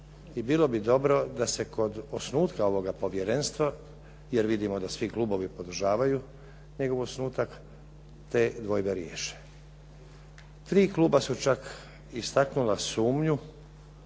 i bilo bi dobro da se kod osnutka ovoga povjerenstva, jer vidimo da svi klubovi podržavaju njegov osnutak, te dvojbe riješe. Tri kluba su čak istaknula sumnju